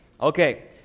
Okay